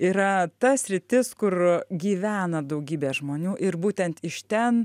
yra ta sritis kur gyvena daugybė žmonių ir būtent iš ten